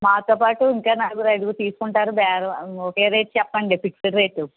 మాతో పాటు ఇంక నలుగురు అయిదుగురు తీసుకుంటారు బేరం ఒకే రేట్ చెప్పండి ఫిక్స్డ్ రేటు